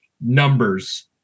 numbers